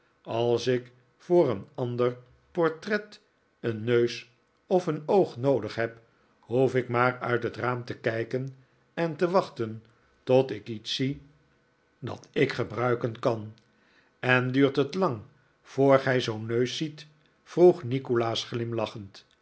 als ik voor een of ander portret een neus of een oog noodig heb hoef ik maar uit het raam te kijken en te wachten tot ik iets zie dat ik gebruiken kan en duurt het lang voor gij zoo'n neus ziet vroeg nikolaas glimlachend